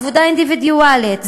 עבודה אינדיבידואלית,